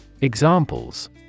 Examples